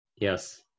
Yes